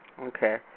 Okay